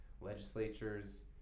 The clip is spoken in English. legislatures